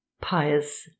pious